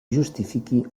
justifiqui